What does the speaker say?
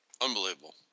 Unbelievable